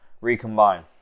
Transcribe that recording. recombine